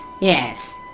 Yes